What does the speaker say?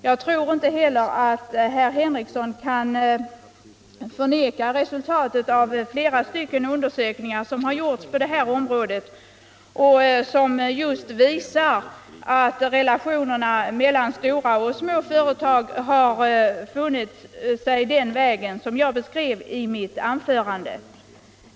J"ag tror inte heller att herr Henrikson kan förneka resultatet av flera undersökningar som gjorts på detta område och som just visar att relationerna meilan stora och små företag har varit sådana som jag beskrev dem i mitt anförande.